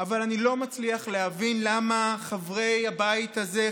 אבל אני לא מצליח להבין למה חברי הבית הזה,